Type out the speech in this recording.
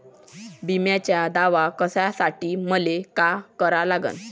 बिम्याचा दावा करा साठी मले का करा लागन?